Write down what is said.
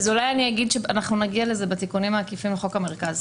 אולי אני אגיד שאנחנו נגיע לזה בתיקונים העקיפים לחוק המרכז.